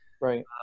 Right